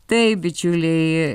taip bičiuliai